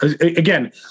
again